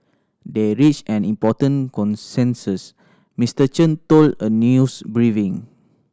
they reached an important consensus Mister Chen told a news briefing